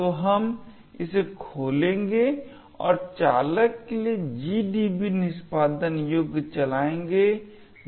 तो हम इसे खोलेंगे और चालक के लिए GDB निष्पादन योग्य चलाएंगे जो dpic है